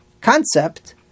concept